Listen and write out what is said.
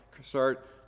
start